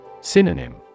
Synonym